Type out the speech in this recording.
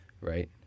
Right